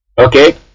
Okay